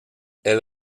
elle